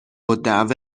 الدعوه